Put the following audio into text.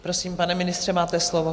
Prosím, pane ministře, máte slovo.